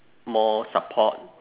more support